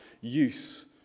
use